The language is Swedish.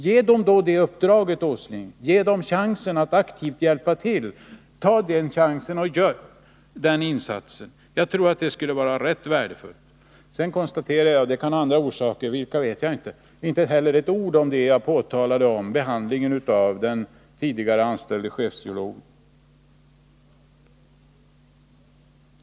Ge dem då det uppdraget, Nils Åsling, ge dem chansen att aktivt hjälpa till. Gör den insatsen! Jag tror att det skulle vara rätt värdefullt. Jag vet inte vilken orsaken är, men Nils Åsling har inte heller sagt ett ord om behandlingen av den tidigare anställde chefgeologen.